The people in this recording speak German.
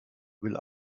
will